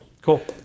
Cool